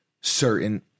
certain